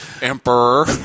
emperor